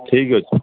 ଠିକ୍ ଅଛି